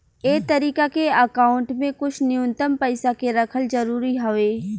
ए तरीका के अकाउंट में कुछ न्यूनतम पइसा के रखल जरूरी हवे